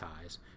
ties